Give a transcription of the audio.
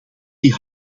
die